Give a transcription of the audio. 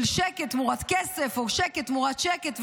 של שקט תמורת כסף או שקט תמורת שקט,